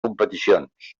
competicions